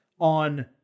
on